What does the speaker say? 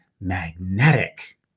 magnetic